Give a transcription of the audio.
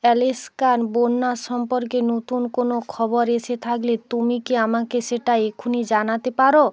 Alaskan বন্যা সম্পর্কে নতুন কোনও খবর এসে থাকলে তুমি কি আমাকে সেটা এক্ষুণি জানাতে পারো